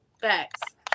Facts